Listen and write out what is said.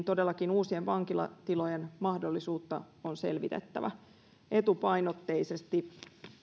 todellakin uusien vankilatilojen mahdollisuutta on selvitettävä etupainotteisesti